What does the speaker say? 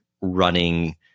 running